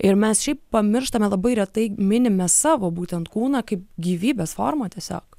ir mes šiaip pamirštame labai retai minime savo būtent kūną kaip gyvybės formą tiesiog